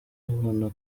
ubona